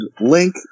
Link